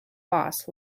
boss